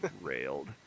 railed